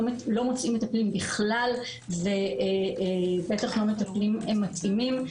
לא מוצאים מטפלים בכלל ובטח לא מטפלים מתאימים.